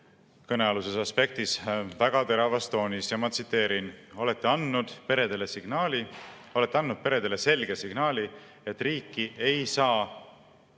kõnealuses aspektis väga teravas toonis. Ma tsiteerin: "… olete andnud aga peredele selge signaali, et riiki ei saa